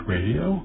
Radio